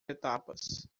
etapas